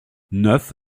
neuf